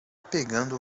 pegando